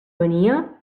venia